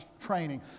training